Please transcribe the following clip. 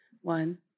One